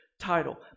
title